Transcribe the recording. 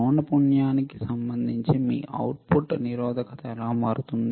పౌనపుణ్యముకి సంబంధించి మీ అవుట్పుట్ నిరోధకత ఎలా మారుతుంది